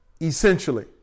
essentially